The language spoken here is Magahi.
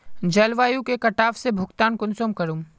जलवायु के कटाव से भुगतान कुंसम करूम?